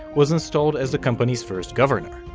was installed as the company's first governor.